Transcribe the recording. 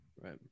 right